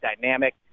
dynamic